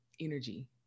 energy